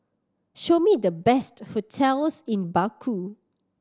show me the best hotels in Baku